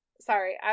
sorry